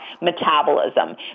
metabolism